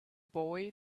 boy